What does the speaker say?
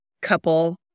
couple